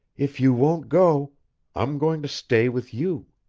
if you won't go i'm going to stay with you!